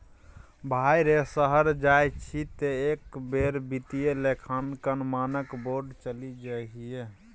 भाय रे शहर जाय छी तँ एक बेर वित्तीय लेखांकन मानक बोर्ड चलि जइहै